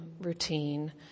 routine